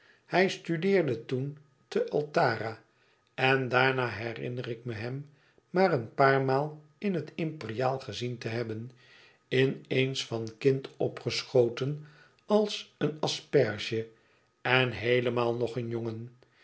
hij studeerde toen te altara en daarna herinner ik me hem maar een paar maal in het imperiaal gezien te hebben in eens van kind opgeschoten als een asperge en heelemaal nog een jongen